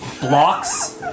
blocks